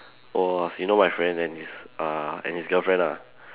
was you know my friend and his uh and his girlfriend ah